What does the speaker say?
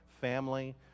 family